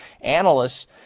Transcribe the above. analysts